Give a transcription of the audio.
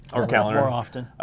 or calendar. more often.